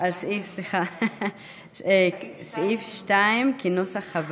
הסתייגות מס' 8, לסעיף 2. מצביעים.